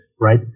right